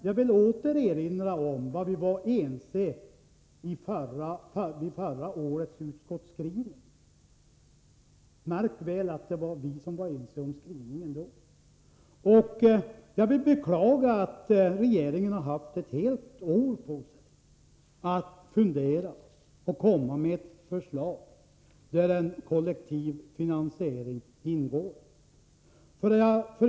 Jag vill åter erinra om att vi var överens i förra årets utskottsskrivning. Märk väl att det var vi som var ense om skrivningen då. Jag beklagar att regeringen har tagit ett helt år på sig för att lägga fram ett förslag, där kollektiv finansiering ingår.